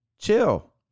chill